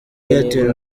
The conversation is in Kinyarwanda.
airtel